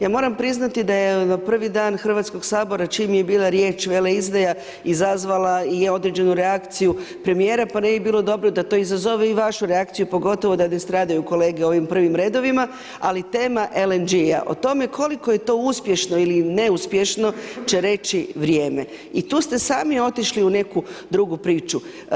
Ja moram priznati da je prvi dan Hrvatskog sabora čim je bila riječ veleizdaja izazvala i određenu reakciju premijera, pa ne bi bilo dobro da to izazove i vašu reakciju pogotovo da ne stradaju kolege u ovim prvim redovima, ali tema LNG-a o tome koliko je to uspješno ili neuspješno će reći vrijeme i tu ste sami otišli u neku drugu priču.